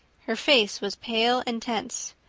her face was pale and tense.